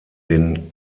den